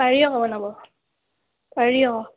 পাৰি আকৌ বনাব পাৰি অঁ